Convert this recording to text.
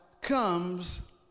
comes